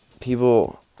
people